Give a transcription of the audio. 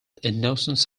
innocence